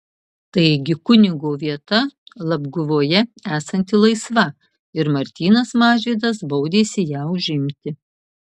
taigi kunigo vieta labguvoje esanti laisva ir martynas mažvydas baudėsi ją užimti